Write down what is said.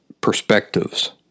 perspectives